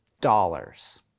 dollars